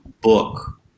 book